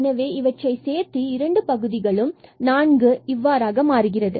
எனவே இவை இங்கு சேர்த்து இந்த இரண்டு பகுதிகளும் 4 இவ்வாறாக மாறுகிறது